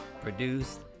produced